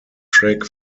track